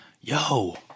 yo